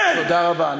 אין, תודה רבה.